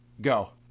Go